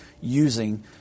using